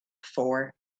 four